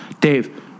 Dave